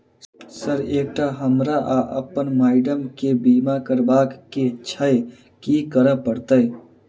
Sir एकटा हमरा आ अप्पन माइडम केँ बीमा करबाक केँ छैय की करऽ परतै?